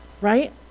Right